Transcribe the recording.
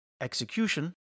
execution